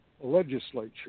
legislature